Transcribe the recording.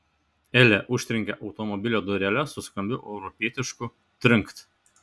elė užtrenkė automobilio dureles su skambiu europietišku trinkt